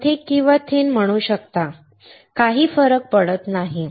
आपण थिक किंवा थिन म्हणू शकता काही फरक पडत नाही